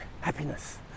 happiness